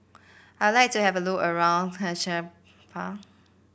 I like to have a look around Tegucigalpa